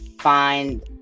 find